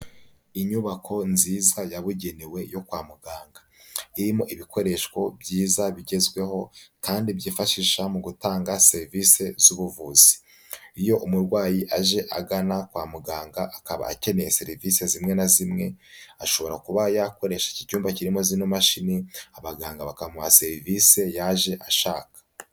Inyubako nziza yabugenewe yo kwa muganga, irimo ibikoresho byiza bigezweho, kandi byifashisha mu gutanga serivisi z'ubuvuzi. Iyo umurwayi aje agana kwa muganga akaba akeneye serivisi zimwe na zimwe, ashobora kuba yakoresha ikic icyumba kirimo zino mashini, abaganga bakamuha serivisi yaje ashaka.